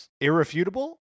Irrefutable